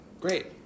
Great